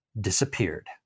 disappeared